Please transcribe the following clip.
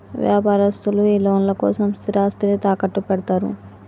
వ్యాపారస్తులు ఈ లోన్ల కోసం స్థిరాస్తిని తాకట్టుపెడ్తరు